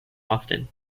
often